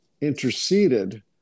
interceded